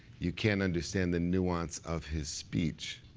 you can't understand the nuance of his speech.